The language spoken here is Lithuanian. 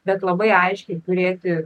bet labai aiškiai turėti